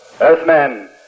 Earthman